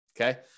Okay